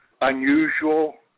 unusual